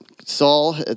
Saul